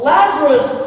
Lazarus